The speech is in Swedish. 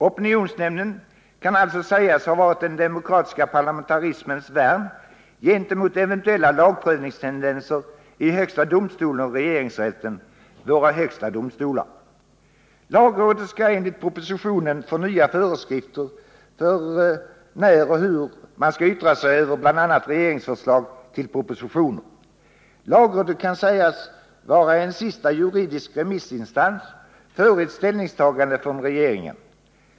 Opinionsnämnden kan alltså sägas ha varit den demokratiska parlamentarismens värn gentemot eventuella lagprövningstendenser i högsta domstolen och regeringsrätten — våra högsta domstolar. Lagrådet skall enligt propositionen få nya föreskrifter för när och hur man skall yttra sig över bl.a. regeringsförslag till propositioner. Lagrådet kan sägas vara en sista juridisk remissinstans före ett ställningstagande av regeringen.